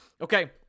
Okay